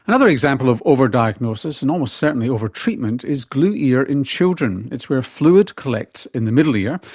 another example of over-diagnosis and almost certainly over-treatment is glue ear in children. it's where fluid collects in the middle ear,